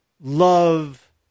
love